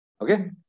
Okay